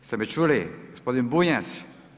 Jeste me čuli, gospodin Bunjac?